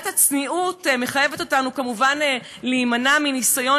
מידת הצניעות מחייבת אותנו כמובן להימנע מניסיון